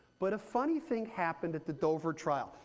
but a funny thing happened at the dover trial.